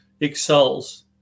excels